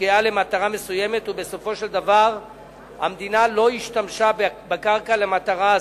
הופקעה למטרה מסוימת ובסופו של דבר המדינה לא השתמשה בקרקע למטרה זו.